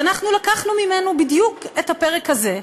ואנחנו לקחנו ממנו בדיוק את הפרק הזה,